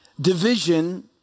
division